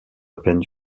peine